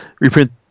reprint